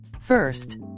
First